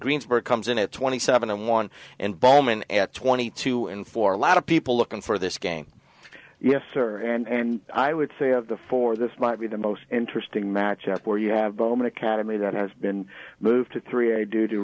greensburg comes in at twenty seven one and bowman at twenty two and for a lot of people looking for this game yes or and i would say of the four this might be the most interesting match up where you have bowman academy that has been moved to three a d